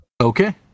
Okay